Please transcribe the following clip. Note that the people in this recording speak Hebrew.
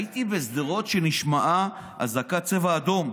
הייתי בשדרות כשנשמעה אזעקת צבע אדום,